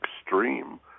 extreme